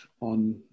on